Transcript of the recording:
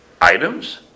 items